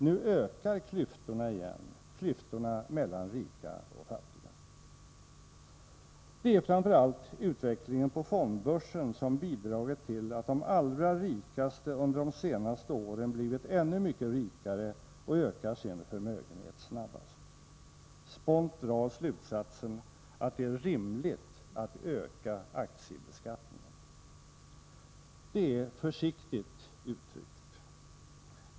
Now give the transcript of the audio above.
Nu ökar klyftorna igen — klyftorna mellan rika och fattiga. Det är framför allt utvecklingen på fondbörsen som bidragit till att de allra rikaste under de senaste åren blivit ännu mycket rikare och ökar sin förmögenhet snabbast. Spånt drar slutsatsen att det är rimligt att öka aktiebeskattningen. Det är försiktigt uttryckt.